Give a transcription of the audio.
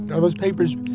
and are those papers